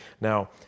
Now